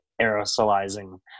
aerosolizing